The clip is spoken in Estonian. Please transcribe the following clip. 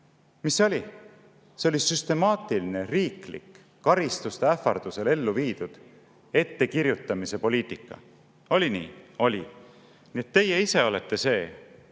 Mis see oli? See oli süstemaatiline riiklik karistuste ähvardusel elluviidud ettekirjutamise poliitika. Oli nii? Oli! Nii et teie ise olete see,